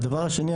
הדבר השני,